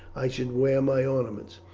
i should wear my ornaments.